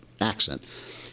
accent